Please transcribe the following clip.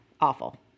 awful